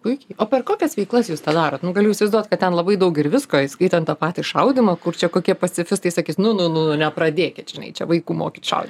puikiai o per kokias veiklas jūs tą darot nu galiu įsivaizduot kad ten labai daug ir visko įskaitant patį šaudymą kur čia kokie pacifistai sakys nu nu nu nepradėkit žinai čia vaikų mokyt šokt